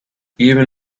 even